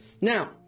Now